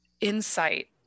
insight